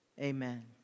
amen